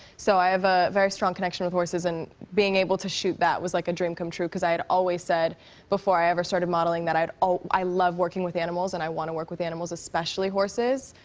so i have a very strong connection with horses, and being able to shoot that was like a dream come true, cause i had always said before i ever started modeling that i'd i love working with animals, and i want to work with animals, especially horses.